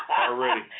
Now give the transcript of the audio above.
already